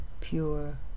pure